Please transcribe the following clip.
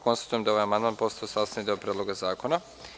Konstatujem da je ovaj amandman postao sastavni deo Predloga zakona.